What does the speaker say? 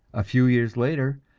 a few years later,